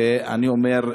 ואני אומר,